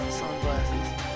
sunglasses